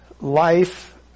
life